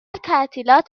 تعطیلات